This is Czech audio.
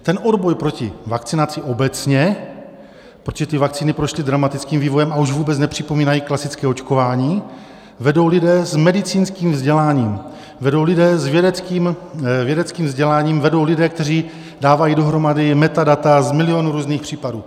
Ten odboj proti vakcinaci obecně, protože ty vakcíny prošly dramatickým vývojem a už vůbec nepřipomínají klasické očkování, vedou lidé s medicínským vzděláním, vedou lidé s vědeckým vzděláním, vedou lidé, kteří dávají dohromady metadata z milionů různých případů.